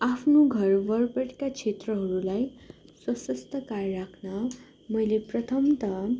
आफ्नो घर वरिपरिका क्षेत्रहरूलाई सशक्त राख्न मैले प्रथम त